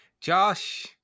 Josh